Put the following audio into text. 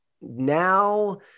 Now